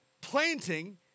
planting